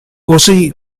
così